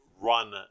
run